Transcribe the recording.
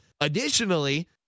Additionally